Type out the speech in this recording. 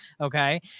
okay